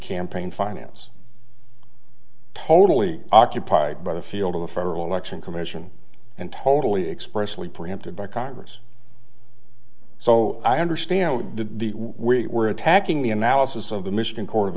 campaign finance totally occupied by the field of the federal election commission and totally expressly preempted by congress so i understand what did we were attacking the analysis of the michigan court of